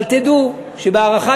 אבל תדעו שבהארכת